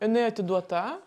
inai atiduota